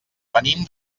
venim